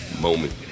moment